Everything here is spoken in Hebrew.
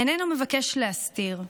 איננו מבקש להסתיר,